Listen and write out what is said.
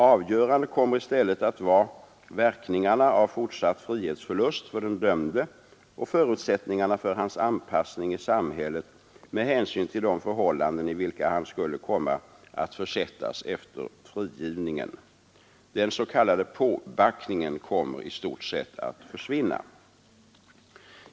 Avgörande kommer i stället att vara verkningarna av fortsatt frihetsförlust för den dömde och förutsättningarna för hans anpassning i samhället med hänsyn till de förhållanden i vilka han skulle komma att försättas efter frigivningen. Den s.k. påbackningen kommer i stort sett att försvinna.